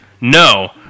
No